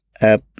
app